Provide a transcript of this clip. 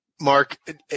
Mark